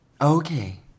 Okay